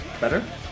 Better